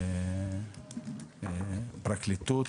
פרקליטות.